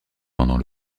pendant